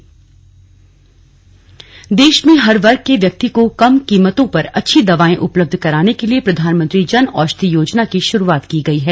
जन औषधि देश में हर वर्ग के व्यक्ति को कम कीमतों पर अच्छी दवाएं उपलब्ध कराने के लिए प्रधानमंत्री जन औषधि योजना की शुरुआत की गई है